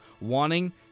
wanting